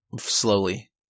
slowly